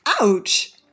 Ouch